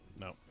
No